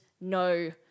No